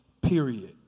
period